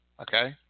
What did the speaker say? Okay